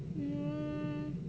mm